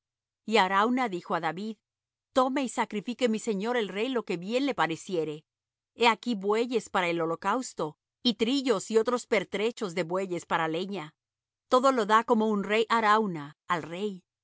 y arauna dijo á david tome y sacrifique mi señor el rey lo que bien le pareciere he aquí bueyes para el holocausto y trillos y otros pertrechos de bueyes para leña todo lo da como un rey arauna al rey